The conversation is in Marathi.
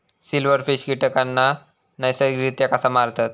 सिल्व्हरफिश कीटकांना नैसर्गिकरित्या कसा मारतत?